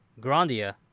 Grandia